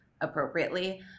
appropriately